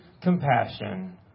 compassion